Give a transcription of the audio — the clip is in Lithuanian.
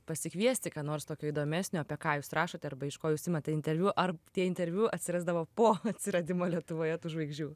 pasikviesti ką nors tokio įdomesnio apie ką jūs rašote arba iš ko jūs imate interviu ar tie interviu atsirasdavo po atsiradimo lietuvoje tų žvaigždžių